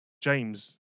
James